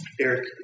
Eric